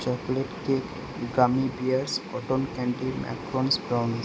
chocolate cake gummy bears cotton candy macarons prawns